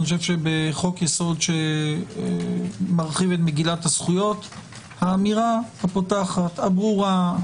אני חושב שבחוק-יסוד שמרחיב את מגילת הזכויות האמירה הפותחת הברורה,